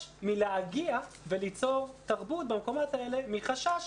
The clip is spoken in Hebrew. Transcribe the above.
מלהגיע וליצור תרבות במקומות האלה מחשש,